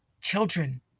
children